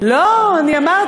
יוציא